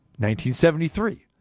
1973